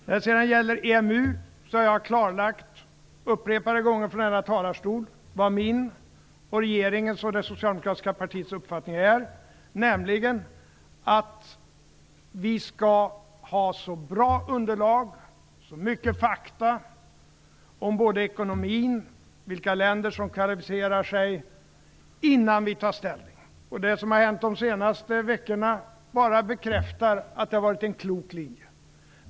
När det sedan gäller EMU har jag upprepade gånger från denna talarstol klarlagt vad min, regeringens och det socialdemokratiska partiets uppfattning är, nämligen att vi skall ha så bra underlag som möjligt och så mycket fakta som det går att få om både ekonomin och vilka länder som kvalificerar sig innan vi tar ställning. Det som har hänt de senaste veckorna bara bekräftar att det har varit en klok linje.